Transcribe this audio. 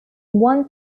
one